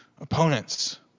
opponents